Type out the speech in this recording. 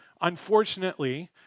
unfortunately